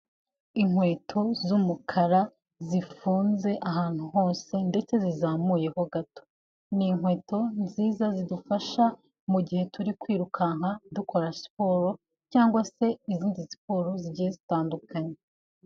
Inkweto z'umukara zifunze ahantu hose ndetse zizamuye ho gato, ni inkweto nziza zidufasha mu mugihe turi kwirukanka dukora siporo cyangwa se izindi siporo zigiye zitandukanye.